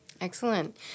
Excellent